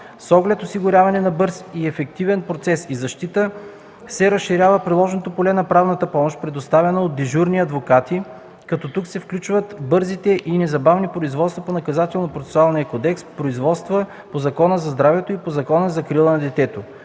С оглед осигуряването на бърз и ефективен процес и защита се разширява приложното поле на правна помощ, предоставяна от дежурни адвокати, като тук се включват бързите и незабавни производства по Наказателно-процесуалния кодекс, производства по Закона за здравето и по Закона за закрила на детето.